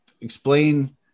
explain